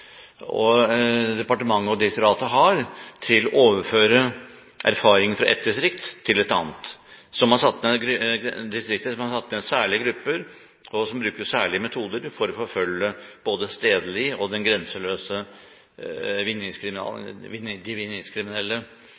departementet og direktoratet har, til å overføre erfaringer fra et distrikt til et annet – distrikter som har satt ned særlige grupper, og som bruker særlige metoder for å forfølge både den stedlige og den grenseløse